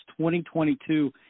2022